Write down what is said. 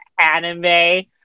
anime